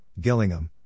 Gillingham